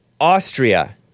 Austria